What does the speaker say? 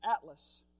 Atlas